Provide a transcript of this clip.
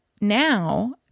now